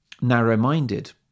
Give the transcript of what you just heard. narrow-minded